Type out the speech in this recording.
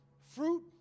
Fruit